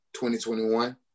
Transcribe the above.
2021